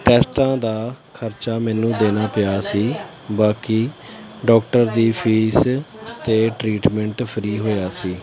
ਟੈਸਟਾਂ ਦਾ ਖਰਚਾ ਮੈਨੂੰ ਦੇਣਾ ਪਿਆ ਸੀ ਬਾਕੀ ਡੋਕਟਰ ਦੀ ਫੀਸ ਅਤੇ ਟਰੀਟਮੈਂਟ ਫਰੀ ਹੋਇਆ ਸੀ